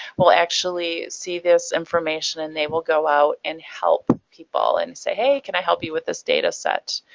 will actually see this information and they will go out and help people and say, hey can i help you with this data set?